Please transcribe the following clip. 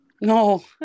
No